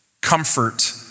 Comfort